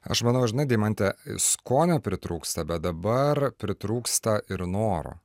aš manau žinai deimante skonio pritrūksta bet dabar pritrūksta ir noro